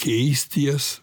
keisti jas